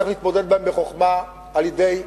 צריך להתמודד אתם בחוכמה על-ידי רגולציה,